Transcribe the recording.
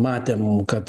matėm kad